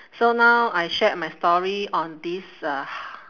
so now I shared my story on this uh